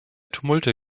tumulte